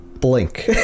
Blink